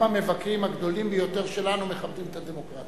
גם המבקרים הגדולים ביותר שלנו מכבדים את הדמוקרטיה.